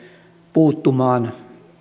puuttumaan